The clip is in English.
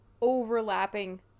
overlapping